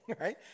right